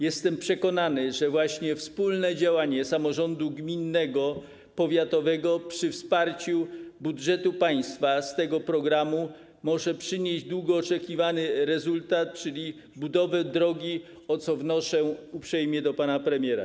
Jestem przekonany, że właśnie wspólne działanie samorządu gminnego, powiatowego przy wsparciu budżetu państwa z tego programu może przynieść długo oczekiwany rezultat, czyli budowę drogi, o co wnoszę uprzejmie do pana premiera.